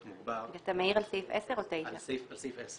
מוגבר --- אתה מעיר על סעיף 10 או על סעיף 9?